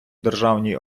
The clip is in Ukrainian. державній